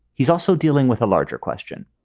he's also dealing with a larger question.